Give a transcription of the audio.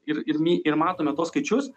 ir ir mi ir matome tuos skaičius